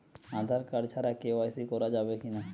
Aadhaar card ছাড়া KYC করা যাবে কি না?